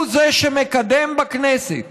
הוא שמקדם בכנסת